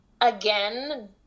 again